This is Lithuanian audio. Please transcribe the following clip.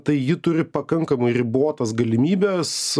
tai ji turi pakankamai ribotas galimybes